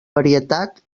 varietat